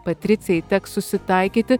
patricijai teks susitaikyti